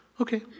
Okay